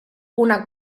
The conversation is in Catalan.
una